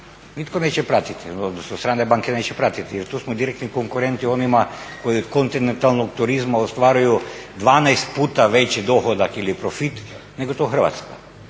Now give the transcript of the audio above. nitko neće pratiti, odnosno strane banke neće pratiti jer tu smo direktni konkurenti onima koji od kontinentalnog turizma ostvaruju 12 puta veći dohodak ili profit nego Hrvatska.